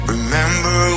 Remember